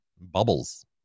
bubbles